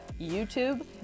YouTube